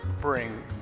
bring